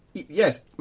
yes,